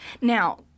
Now